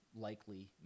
likely